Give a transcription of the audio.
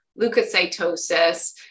leukocytosis